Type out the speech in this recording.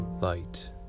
light